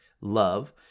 love